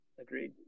agreed